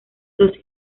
los